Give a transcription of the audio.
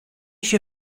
się